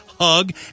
hug